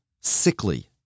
sickly